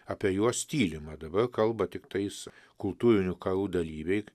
apie juos tylima dabar kalba tiktais kultūrinių karų dalyviai